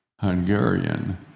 Hungarian